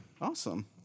awesome